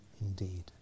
indeed